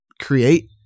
create